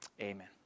Amen